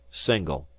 single.